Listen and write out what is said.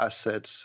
assets